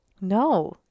No